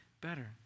better